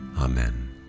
Amen